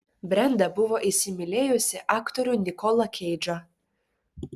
brenda buvo įsimylėjusi aktorių nikolą keidžą